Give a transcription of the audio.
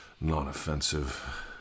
non-offensive